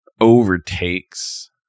overtakes